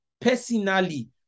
personally